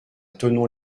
thonon